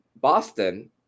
Boston